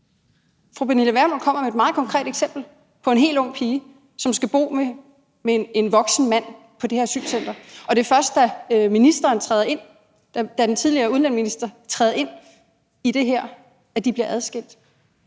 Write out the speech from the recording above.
Fru Pernille Vermund kommer med et meget konkret eksempel på en helt ung pige, som skal bo med en voksen mand på det her asylcenter, og det er først, da den tidligere udlændingeminister går ind i det, at de bliver adskilt.